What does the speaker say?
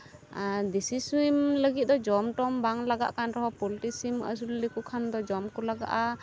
ᱟᱨ ᱫᱤᱥᱤ ᱥᱤᱢ ᱞᱟᱹᱜᱤᱫ ᱫᱚ ᱡᱚᱢᱼᱴᱚᱢ ᱵᱟᱝ ᱞᱟᱜᱟᱜ ᱠᱟᱱ ᱨᱮᱦᱚᱸ ᱯᱳᱞᱴᱨᱤ ᱥᱚᱢ ᱟᱹᱥᱩᱞ ᱞᱮᱠᱚ ᱠᱷᱟᱱ ᱫᱚ ᱡᱚᱢ ᱠᱚ ᱞᱟᱜᱟᱜᱼᱟ